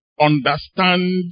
understand